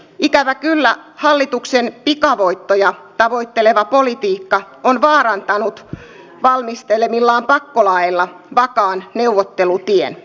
ikävä kyllä hallituksen pikavoittoja tavoitteleva politiikka on vaarantanut valmistelemillaan pakkolaeilla vakaan neuvottelutien